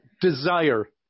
desire